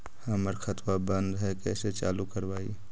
हमर खतवा बंद है कैसे चालु करवाई?